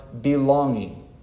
belonging